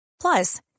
Plus